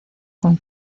con